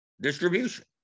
distribution